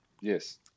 Yes